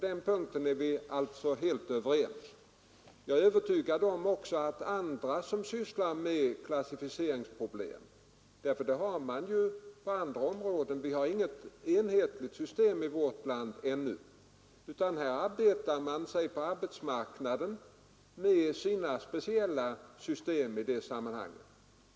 På den punkten är vi alltså helt överens. Vi har inget enhetligt klassificeringssystem i vårt land ännu, utan man arbetar på arbetsmarknaden med olika system.